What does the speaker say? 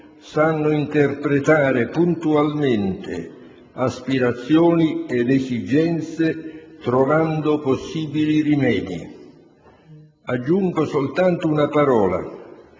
sanno interpretare puntualmente aspirazioni ed esigenze, trovando possibili rimedi. Aggiungo soltanto una parola,